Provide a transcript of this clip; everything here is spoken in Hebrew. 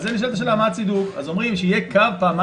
תגישו בקשה לדיון מהיר, אני מקווה